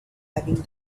having